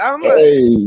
Hey